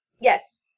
Yes